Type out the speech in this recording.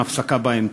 עם הפסקה באמצע.